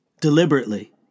deliberately